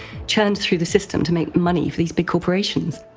churned through the system to make money for these big corporations.